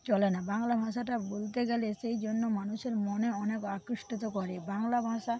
চলে না বাংলা ভাষাটা বলতে গেলে সেই জন্য মানুষের মনে অনেক আকৃষ্টিত করে বাংলা ভাষা